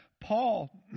Paul